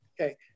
Okay